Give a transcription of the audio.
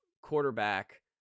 quarterback